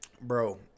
bro